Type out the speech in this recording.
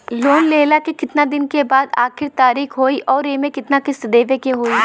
Loan लेहला के कितना दिन के बाद आखिर तारीख होई अउर एमे कितना किस्त देवे के होई?